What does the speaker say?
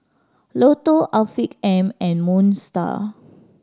Lotto Afiq M and Moon Style